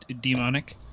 demonic